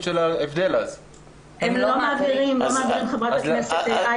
הם לא מעבירים, חברת הכנסת.